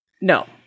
No